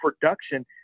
production